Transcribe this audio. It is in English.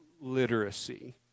literacy